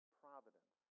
providence